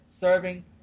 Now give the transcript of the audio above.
Serving